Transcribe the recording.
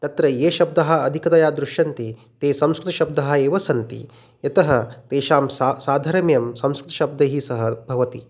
तत्र ये शब्दाः अधिकतया दृश्यन्ते ते संस्कृतशब्दाः एव सन्ति यतः तेषां सा साधारण्यं संस्कृतशब्दैः सह भवति